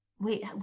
wait